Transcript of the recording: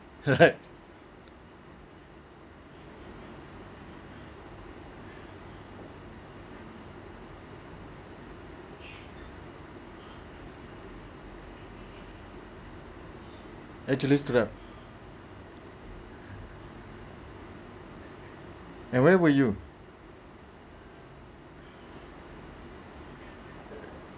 right actually stood up and where were you